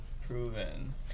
proven